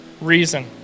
reason